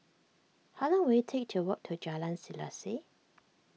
how long will it take to walk to Jalan Selaseh